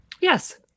Yes